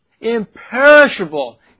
imperishable